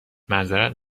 معذرت